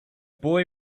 boy